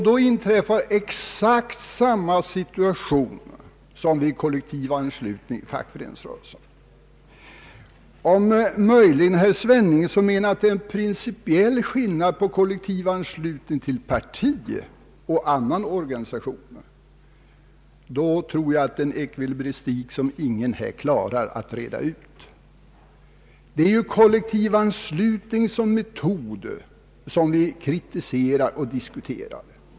Då inträffar exakt samma situation som vid kollektivanslutning av fackföreningsmedlemmar till socialdemokratiska partiet. Om herr Sveningsson möjligen menar att det finns en principiell skillnad mellan kollektivanslutning till politiskt parti och kollektivanslutning till en organisation, då tror jag att det är en ekvilibristik som ingen här klarar av att reda ut. Det är ju kollektivanslutning som metod som vi kritiserar och diskuterar.